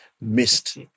missed